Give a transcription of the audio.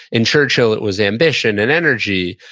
in churchill, it was ambition and energy,